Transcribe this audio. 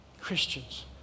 Christians